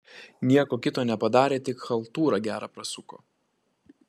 nieko kito nepadarė tik chaltūrą gerą prasuko